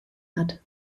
hat